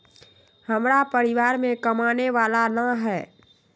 हमरा परिवार में कमाने वाला ना है?